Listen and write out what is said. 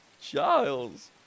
Charles